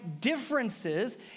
differences